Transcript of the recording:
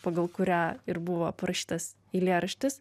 pagal kurią ir buvo parašytas eilėraštis